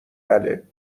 بله